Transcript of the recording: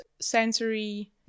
sensory